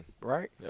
Right